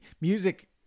music